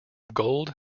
gold